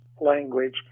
language